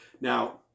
now